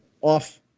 off